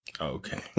okay